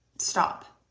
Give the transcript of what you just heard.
stop